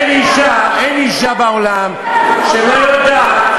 אין אישה בעולם שלא יודעת,